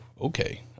okay